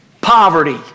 poverty